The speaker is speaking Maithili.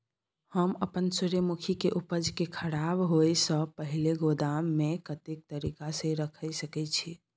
हम अपन सूर्यमुखी के उपज के खराब होयसे पहिले गोदाम में के तरीका से रयख सके छी?